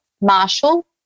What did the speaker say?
Marshall